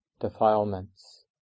defilements